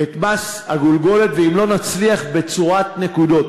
את מס הגולגולת, ואם לא נצליח, בצורת נקודות.